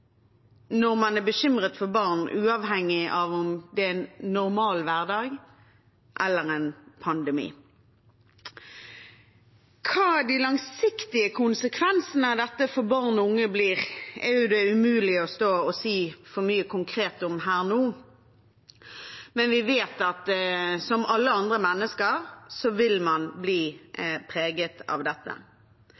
når man er bekymret for barn, uavhengig av om det er en normal hverdag eller en pandemi. Hva de langsiktige konsekvensene av dette blir for barn og unge, er det umulig å si for mye konkret om nå, men vi vet at som alle andre mennesker vil man bli